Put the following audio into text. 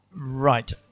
Right